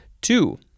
Two